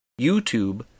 YouTube